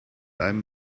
einem